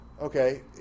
okay